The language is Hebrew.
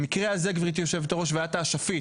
במקרה הזה, גברתי יושבת הראש, ואת האשפית